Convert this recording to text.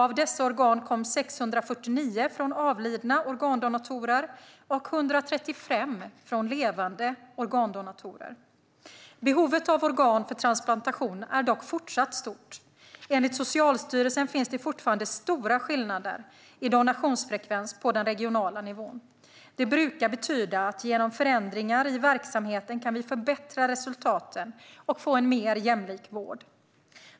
Av dessa organ kom 649 från avlidna organdonatorer och 135 från levande organdonatorer. Behovet av organ för transplantation är dock fortsatt stort. Enligt Socialstyrelsen finns det fortfarande stora skillnader i donationsfrekvens på den regionala nivån. Det brukar betyda att vi genom förändringar i verksamheten kan förbättra resultaten och få en mer jämlik vård.